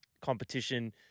competition